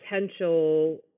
potential